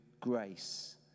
grace